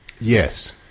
Yes